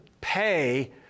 pay